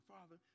Father